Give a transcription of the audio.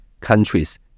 countries